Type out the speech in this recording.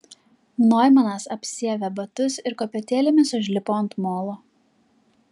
noimanas apsiavė batus ir kopėtėlėmis užlipo ant molo